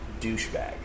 douchebag